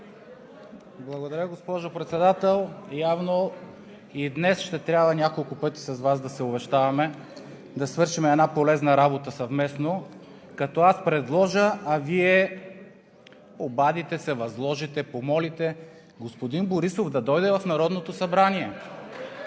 Благодаря, госпожо Председател. Явно днес ще трябва няколко пъти с Вас да се увещаваме и да свършим една полезна работа съвместно, като аз предложа, а Вие се обадите, възложите, помолите господин Борисов да дойде в Народното събрание.